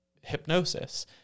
hypnosis